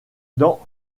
dans